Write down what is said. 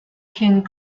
king